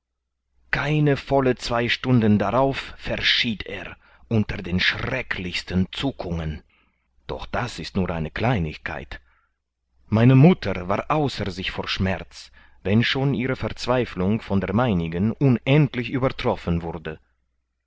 keine volle zwei stunden darauf verschied er unter den schrecklichsten zuckungen doch das ist nur eine kleinigkeit meine mutter war außer sich vor schmerz wenn schon ihre verzweiflung von der meinigen unendlich übertroffen wurde